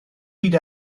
byd